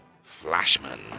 Flashman